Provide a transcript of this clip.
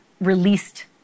released